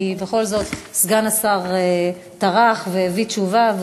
כי בכל זאת סגן השר טרח והביא תשובה,